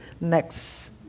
next